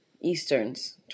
Eastern's